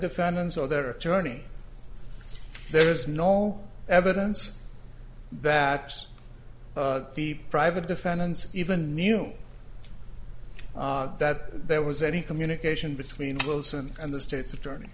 defendants or their attorney there is no evidence that the private defendants even knew that there was any communication between wilson and the state's attorney